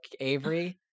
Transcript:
avery